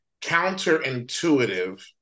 counterintuitive